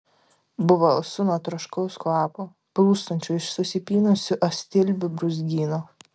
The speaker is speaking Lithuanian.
buvo alsu nuo troškaus kvapo plūstančio iš susipynusių astilbių brūzgyno